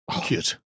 cute